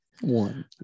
One